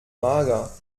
mager